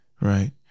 right